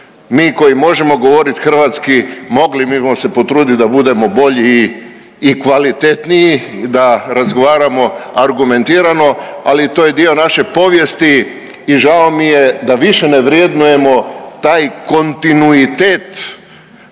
Mi koji možemo govoriti hrvatski mogli bismo se potruditi da budemo bolji i kvalitetniji, da razgovaramo argumentirano ali to je dio naše povijesti i žao mi je da više ne vrednujemo taj kontinuitet